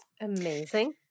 Amazing